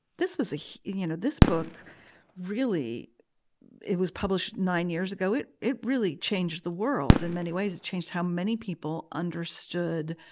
this was a you know, this book really it was published nine years ago. it it really changed the world in many ways it changed how many people understood